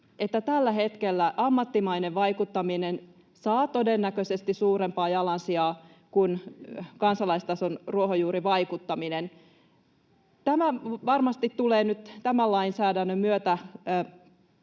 että tällä hetkellä ammattimainen vaikuttaminen saa todennäköisesti suurempaa jalansijaa kuin kansalaistason ruohonjuurivaikuttaminen. Tämä varmasti tulee nyt tämän lainsäädännön myötä